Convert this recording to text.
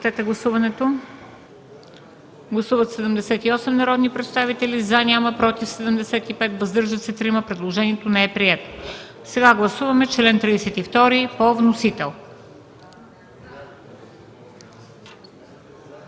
Сега гласуваме чл. 33 по вносител.